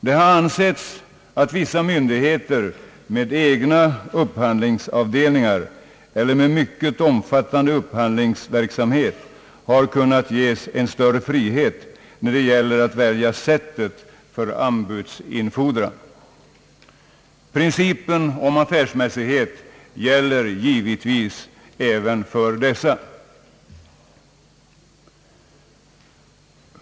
Det har ansetts att vissa myndigheter med egna upphandlingsavdelningar eller med mycket omfattande upphandlingsverksamhet har kunnat ges större frihet att välja sättet för anbudsinfordran. Principen om affärsmässighet gäller givetvis även för dessa.